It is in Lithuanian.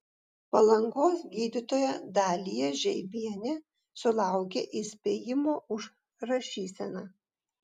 palangos gydytoja dalija žeibienė sulaukė įspėjimo už rašyseną